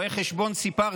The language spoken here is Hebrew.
רואי חשבון, סיפרתי.